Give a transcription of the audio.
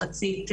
מחצית יהודיות,